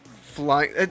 flying